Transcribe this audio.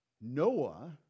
Noah